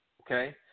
okay